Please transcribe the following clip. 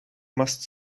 must